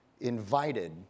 invited